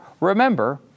remember